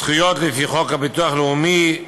זכויות לפי חוק הביטוח הלאומי ,